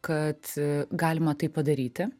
kad galima tai padaryti